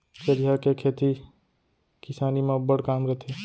चरिहा के खेती किसानी म अब्बड़ काम रथे